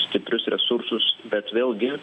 stiprius resursus bet vėlgi